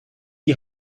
die